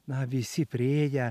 na visi priėję